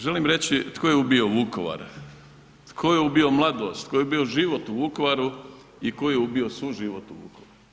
Želim reći tko je ubio Vukovar, tko je ubio mladost, tko je ubio život u Vukovaru i tko je ubio suživot u Vukovaru.